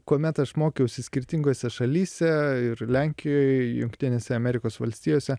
kuomet aš mokiausi skirtingose šalyse ir lenkijoj jungtinėse amerikos valstijose